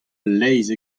leizh